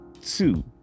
two